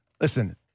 Listen